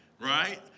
right